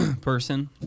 person